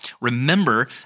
Remember